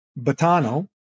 batano